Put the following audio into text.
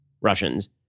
Russians